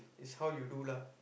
is how you do lah